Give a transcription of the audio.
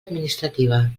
administrativa